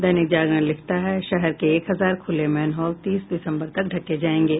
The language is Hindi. दैनिक जागरण लिखता है शहर के एक हजार खुले मैनहोल तीस दिसम्बर तक ढंके जायेंगे